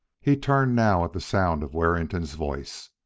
he turned now at the sound of warrington's voice.